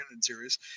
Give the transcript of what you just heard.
series